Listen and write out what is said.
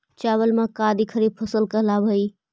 चावल, मक्का आदि खरीफ फसल कहलावऽ हइ